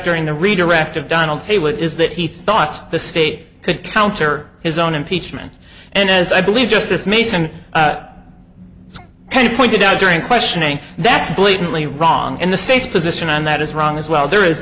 during the redirect of donald haywood is that he thought the state could counter his own impeachment and as i believe justice mason and pointed out during questioning that's blatantly wrong and the state's position on that is wrong as well there is